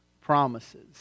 promises